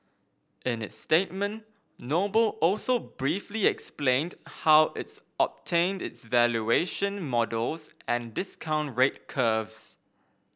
in its statement Noble also briefly explained how its obtained its valuation models and discount rate curves